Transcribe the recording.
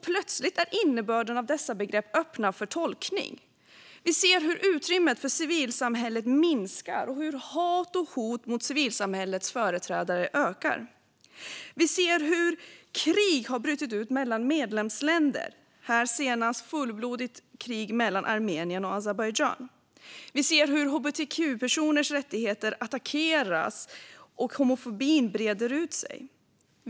Plötsligt är innebörden av dessa begrepp öppen för tolkning. Vi ser hur utrymmet för civilsamhället minskar och hur hat och hot mot civilsamhällets företrädare ökar. Vi ser hur krig har brutit ut mellan medlemsländer, senast ett fullskaligt krig mellan Armenien och Azerbajdzjan. Vi ser hur hbtq-personers rättigheter attackeras och hur homofobin breder ut sig.